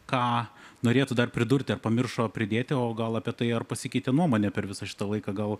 ką norėtų dar pridurti ar pamiršo pridėti o gal apie tai ar pasikeitė nuomonė per visą šitą laiką gal